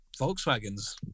Volkswagens